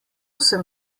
sem